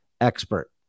expert